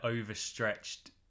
overstretched